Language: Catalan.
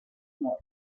mort